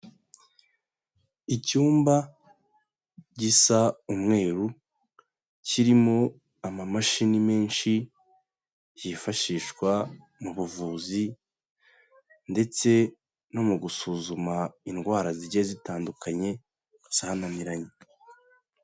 Icyumba gisa umweru kirimo amamashini menshi yifashishwa mu buvuzi ndetse no mu gusuzuma indwara zigiye zitandukanye, zananiranye.